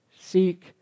seek